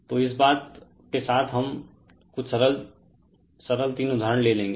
तो इस बात के साथ हम रेफेर टाइम 2854 कुछ सरल सरल तीन उदाहरण ले लेंगे